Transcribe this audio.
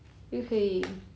又可以